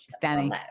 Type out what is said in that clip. Danny